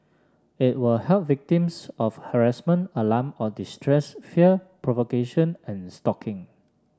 it will help victims of harassment alarm or distress fear provocation and stalking